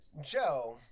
Joe